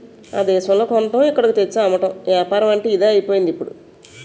ఆ దేశంలో కొనడం ఇక్కడకు తెచ్చి అమ్మడం ఏపారమంటే ఇదే అయిపోయిందిప్పుడు